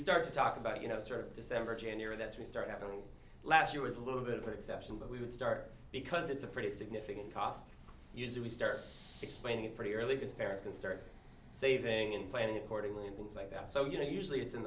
start to talk about you know sort of december january that's we start having last year was a little bit of an exception but we would start because it's a pretty significant cost usually we start explaining pretty early this parents can start saving in planning accordingly and things like that so you know usually it's in